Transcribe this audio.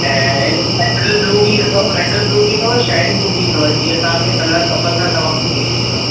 ऐं हिन में मेटल ब्लू बि अथव मेटल ब्लू बि अथव शाइन ब्लू बि अथव जीअं तव्हांखे कलर खपंदा तव्हांखे मिली वेंदा